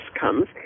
comes